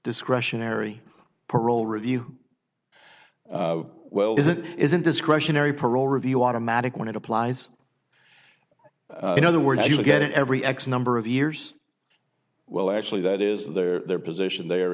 discretionary parole review well is it isn't discretionary parole review automatic when it applies in other words you get it every x number of years well actually that is their position there